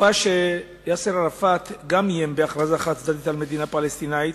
בתקופה שגם יאסר ערפאת איים בהכרזה חד-צדדית על מדינה פלסטינית,